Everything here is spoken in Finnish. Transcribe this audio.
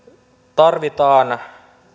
tarvitaan